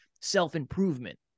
self-improvement